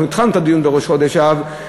אנחנו התחלנו את הדיון בראש חודש אב,